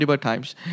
times